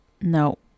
No